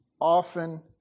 often